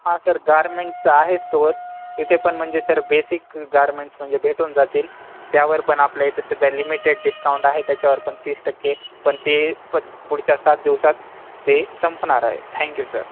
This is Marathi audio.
हा सर गार्मेंट्सचं आहे स्टोर तिथेपण म्हणजे सर बेसिक गार्मेंट्स म्हणजे भेटून जातील त्यावरपण आपल्या इथे सध्या लिमिटेड डिस्काउंट आहे त्याच्यावरपण तीस टक्केपण ते पण पुढच्या सात दिवसात ते संपणार आहे थँक्यू सर